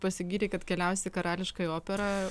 pasigyrei kad keliausi į karališkąją operą